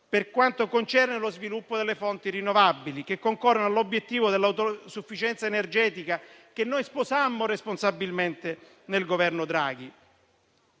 per quanto concerne lo sviluppo delle fonti rinnovabili, che concorrono all'obiettivo dell'autosufficienza energetica, che sposammo responsabilmente nel Governo Draghi.